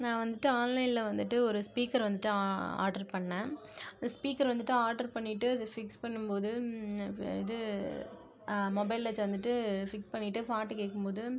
நான் வந்துட்டு ஆன்லைனில் வந்துட்டு ஒரு ஸ்பீக்கர் வந்துட்டு ஆட்ரு பண்ணிணேன் அந்த ஸ்பீக்கர் வந்துட்டு ஆட்ரு பண்ணிகிட்டு அதை ஃபிக்ஸ் பண்ணும் போது இது மொபைல் வந்துட்டு ஃபிக்ஸ் பண்ணிகிட்டு பாட்டு கேட்கும் போது